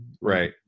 Right